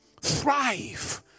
thrive